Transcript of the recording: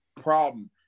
problem